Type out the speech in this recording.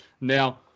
Now